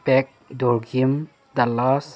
ꯄꯦꯛ ꯗꯣꯔꯀꯤꯝ ꯗꯂꯥꯁ